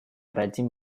règim